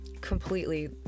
completely